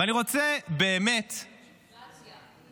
ואני רוצה באמת -- אינפלציה.